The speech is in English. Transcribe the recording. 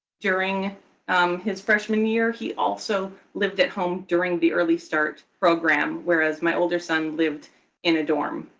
during his freshman year. he also lived at home during the early start program whereas my older son lived in a dorm.